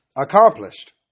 accomplished